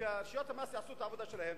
שרשויות המס יעשו את העבודה שלהן,